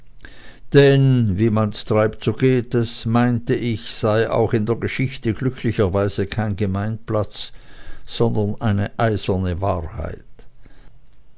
denn wie man's treibt so geht's meinte ich sei auch in der geschichte glücklicherweise kein gemeinplatz sondern eine eiserne wahrheit